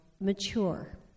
mature